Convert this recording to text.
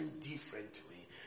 differently